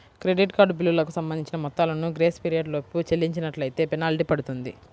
credit card బిల్లులకు సంబంధించిన మొత్తాలను గ్రేస్ పీరియడ్ లోపు చెల్లించనట్లైతే ఫెనాల్టీ పడుతుంది